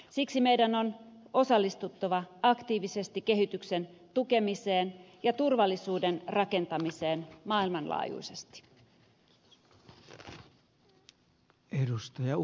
siksi meidän on osallistuttava aktiivisesti kehityksen tukemiseen ja turvallisuuden rakentamiseen maailmanlaajuisesti